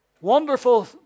Wonderful